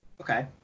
okay